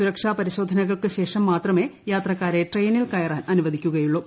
സുരക്ഷാ പരിശോധനകൾക്ക് ശേഷം മാത്രമേ യാത്രക്കാരെ ട്രെയിനിൽ കയറാൻ അനുവദിക്കുകയുള്ളൂ